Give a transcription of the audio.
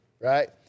right